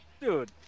Dude